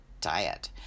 diet